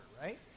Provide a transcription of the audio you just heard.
right